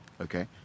okay